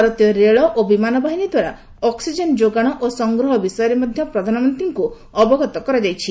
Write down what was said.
ଭାରତୀୟ ରେଳ ଓ ବିମାନ ବାହିନୀ ଦ୍ୱାରା ଅକ୍ନିଜେନ ଯୋଗାଣ ଓ ସଂଗ୍ରହ ବିଷୟରେ ମଧ୍ୟ ପ୍ରଧାନମନ୍ତ୍ରୀଙ୍କୁ ଅବଗତ କରାଯାଇଛି